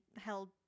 held